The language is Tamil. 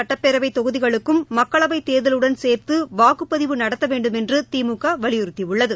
சட்டப்பேரவைத் தொகுதிகளுக்கும் மக்களவை தேர்தலுடன் சேர்து வாக்குப்பதிவு நடத்த வேண்டும் என்று திமுக வலியுறுத்தியுள்ளது